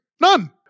None